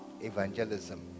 evangelism